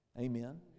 amen